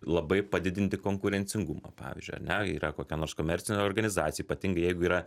labai padidinti konkurencingumą pavyzdžiui ar ne yra kokia nors komercinė organizacija ypatingai jeigu yra